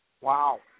Wow